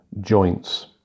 joints